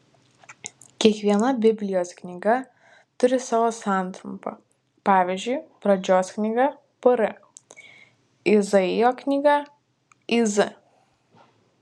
kiekviena biblijos knyga turi savo santrumpą pavyzdžiui pradžios knyga pr izaijo knyga iz